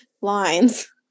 lines